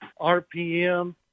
RPM